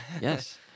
Yes